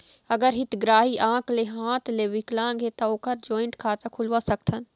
अगर हितग्राही आंख ले हाथ ले विकलांग हे ता ओकर जॉइंट खाता खुलवा सकथन?